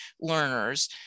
learners